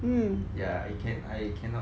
ya I can I cannot